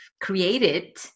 created